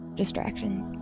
distractions